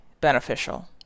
beneficial